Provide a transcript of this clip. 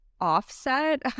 offset